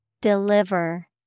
Deliver